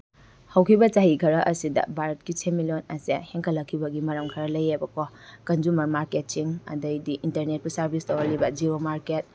ꯍꯧꯈꯤꯕ ꯆꯍꯤ ꯈꯔ ꯑꯁꯤꯗ ꯚꯥꯔꯠꯀꯤ ꯁꯦꯟꯃꯤꯠꯂꯣꯜ ꯑꯁꯦ ꯍꯦꯟꯒꯠꯂꯛꯈꯤꯕꯒꯤ ꯃꯔꯝ ꯈꯔ ꯂꯩꯌꯦꯕꯀꯣ ꯀꯟꯖꯨꯃꯔ ꯃꯥꯔꯀꯦꯠꯁꯤꯡ ꯑꯗꯒꯤꯗꯤ ꯏꯟꯇꯔꯅꯦꯠꯄꯨ ꯁꯔꯚꯤꯁ ꯇꯧꯍꯜꯂꯤꯕ ꯖꯤꯌꯣ ꯃꯥꯔꯀꯦꯠ